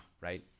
right